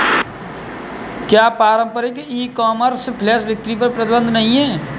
क्या पारंपरिक e commerce flash बिक्री पर प्रतिबंध नहीं है?